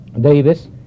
Davis